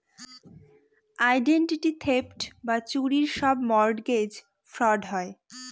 identity theft বা চুরির সব মর্টগেজ ফ্রড হয়